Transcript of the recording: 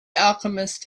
alchemist